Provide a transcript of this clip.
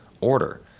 order